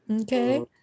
Okay